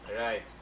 Right